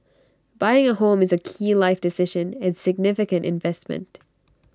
buying A home is A key life decision and significant investment